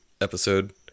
episode